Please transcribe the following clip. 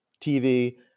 TV